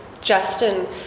Justin